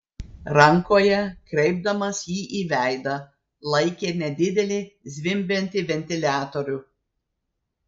rankoje kreipdamas jį į veidą laikė nedidelį zvimbiantį ventiliatorių